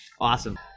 awesome